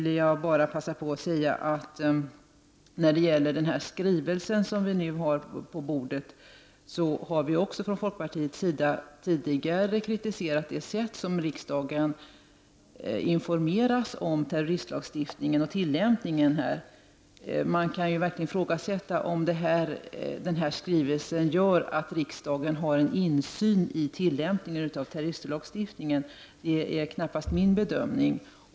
Låt mig i stället apropå den skrivelse som nu ligger på riksdagens bord säga att vi i folkpartiet tidigare har kritiserat det sätt på vilket riksdagen informeras om terroristlagstiftningen och dess tillämpning. Man kan verkligen fråga om skrivelsen gör att riksdagen får en insyn i tillämpningen av terroristlagstiftningen. Det är knappast min bedömning.